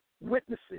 witnesses